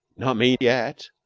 not me, yet.